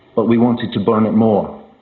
but we wanted to burn it more.